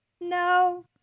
No